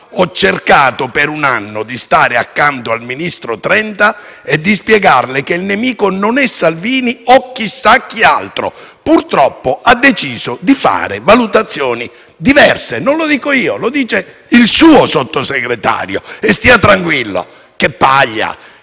ha cercato per un anno di stare accanto al ministro Trenta e di spiegarle che il nemico non è Salvini o chissà chi altro ma che, purtroppo, il Ministro ha deciso di fare valutazioni diverse. Non lo dico io, lo dice il suo Sottosegretario. E stia tranquilla: